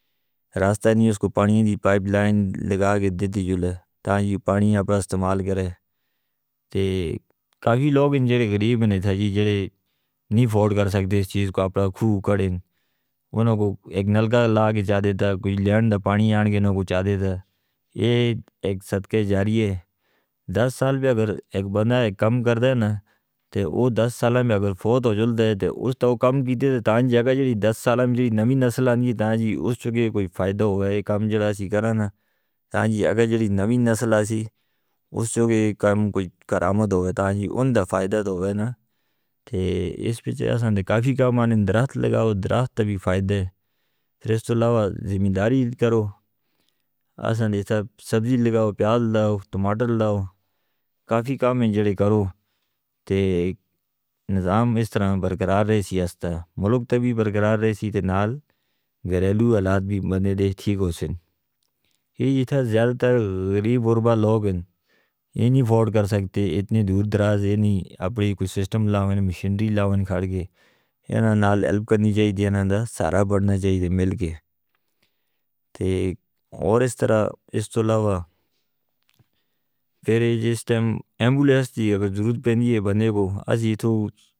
راستہ نہیں اس کو پانی دی پائپ لائن لگا کے دے دیوئے۔ تاں یہ پانی آپر استعمال کرے۔ تے کافی لوگ جنہاں غریب ہیں تھے جنہاں نی فود کرسکتے اس چیز کو اپنا کھو کھڑیں۔ انہوں کو ایک نلکہ لگا کے جا دیتا کوئی لینڈ دا پانی آنگے انہوں کو جا دیتا۔ یہ ایک صدقہ جاری ہے۔ دس سال بھی اگر ایک بندہ کم کردے نا۔ تو دس سال میں اگر فوت ہو جلے تھے تو اس تو کم کیتے تھے تاں جگہ جو دس سال میں نئی نسل آنی ہے تاں جی اس چکے کوئی فائدہ ہو یا ایک کم جو ہم نے۔ تاں جی اگر نئی نسل آسی اس چکے کم کوئی کرامد ہو یا تاں جی ان دا فائدہ ہو۔ اس پر کافی کام آنے درخت لگا ہو درخت تبی فائدہ ہے۔ پھر اس تو علاوہ زمداری کرو۔ اسندے سبزی لگا ہو پیال دا ٹوماتر داو۔ کافی کام ہیں جو کرو۔ نظام اس طرح برقرار رہے سی اس تاں۔ ملک تبی برقرار رہے سی تے نال گھریلو علاد بھی بندے دیٹھ ٹھیک ہو سن۔ یہ جتھا زیادہ تر غریب اربا لوگ ہیں۔ یہ نہیں کر سکتے اتنی دور دراز ہیں۔ اپنے کوئی سسٹم لاؤں ہیں مشینری لاؤں ہیں کھڑ گے۔ انہاں نال ایلپ کرنی چاہئے انہاں دا سارا بڑھنا چاہئے مل کے۔ اور اس طرح اس تو علاوہ پھر یہ جس ٹائم ایمبولیس تھی اگر ضرورت پہنی ہے بندے کو۔ اس ہی تو